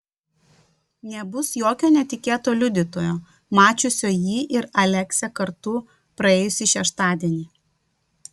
nebus jokio netikėto liudytojo mačiusio jį ir aleksę kartu praėjusį šeštadienį